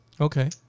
Okay